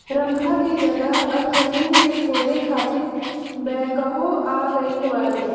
रम्भा की जगह अब जमीन के खोदे खातिर बैकहो आ गईल बाटे